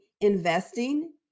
investing